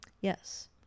Yes